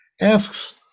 asks